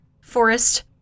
forest